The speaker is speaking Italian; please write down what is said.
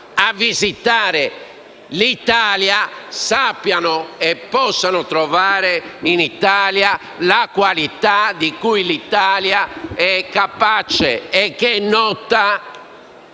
a visitare l'Italia, sappiano e possano trovare la qualità di cui l'Italia è capace e che è nota